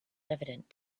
evident